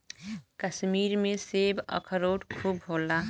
कश्मीर में सेब, अखरोट खूब होला